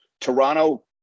Toronto